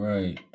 Right